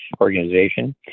organization